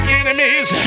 enemies